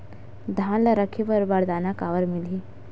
धान ल रखे बर बारदाना काबर मिलही?